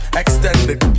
extended